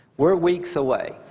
we're weeks away.